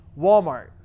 Walmart